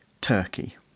Turkey